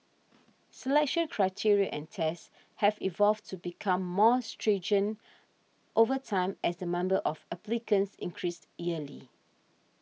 selection criteria and tests have evolved to become more stringent over time as the member of applicants increased yearly